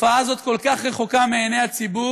תופעה זאת כל כך רחוקה מעיני הציבור,